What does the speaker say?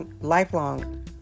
lifelong